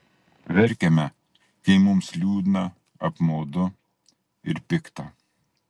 verkiame kai mums liūdna apmaudu ir pikta